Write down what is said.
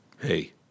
Hey